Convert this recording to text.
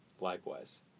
likewise